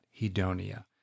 hedonia